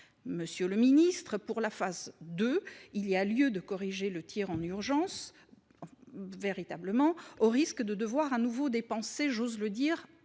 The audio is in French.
Monsieur le ministre, pour la phase II, il y a lieu de corriger le tir en urgence ; à défaut, on risque de devoir de nouveau dépenser – j’ose le dire